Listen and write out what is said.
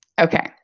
Okay